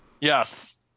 Yes